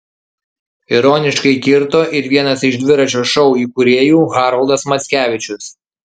ironiškai kirto ir vienas iš dviračio šou įkūrėjų haroldas mackevičius